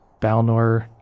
Balnor